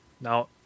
now